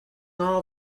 all